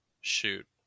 shoot